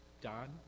Don